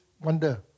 wonder